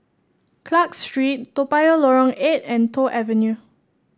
Clarke Street Toa Payoh Lorong Eight and Toh Avenue